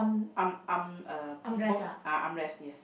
arm arm uh both uh armrest yes